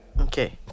Okay